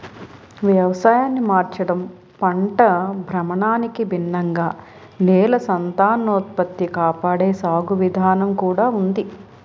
వ్యవసాయాన్ని మార్చడం, పంట భ్రమణానికి భిన్నంగా నేల సంతానోత్పత్తి కాపాడే సాగు విధానం కూడా ఉంది